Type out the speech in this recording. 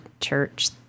church